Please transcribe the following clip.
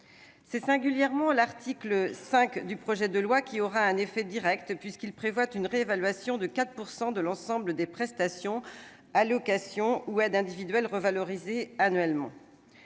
C'est singulièrement l'article 5 qui produira des effets directs, puisqu'il prévoit une réévaluation de 4 % de l'ensemble des prestations, allocations ou aides individuelles, revalorisées annuellement.